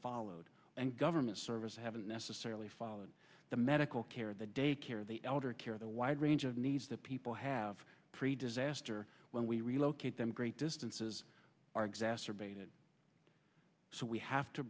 followed and government services haven't necessarily followed the medical care the daycare the elder care the wide range of needs that people have pre disaster when we relocate them great distances are exacerbated so we have to